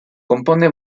compone